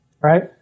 right